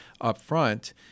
upfront